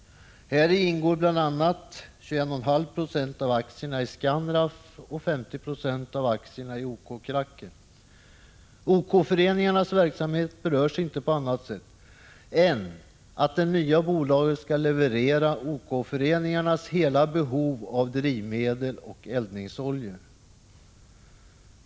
Häri ingår bl.a. 21,5 26 av aktierna i Scanraff och 50 96 av aktierna i OK Kracker. OK-föreningarnas verksamhet berörs inte på annat sätt än att det nya bolaget skall leverera OK föreningarnas hela behov av drivmedel och eldningsoljor.